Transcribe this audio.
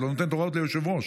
את לא נותנת הוראות ליושב-ראש.